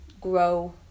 grow